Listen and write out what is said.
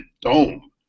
dome